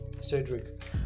Cedric